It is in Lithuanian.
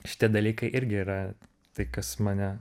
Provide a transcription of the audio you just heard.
šitie dalykai irgi yra tai kas mane